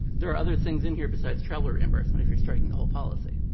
there are other things in here besides travel reimbursement, if you're striking the whole policy.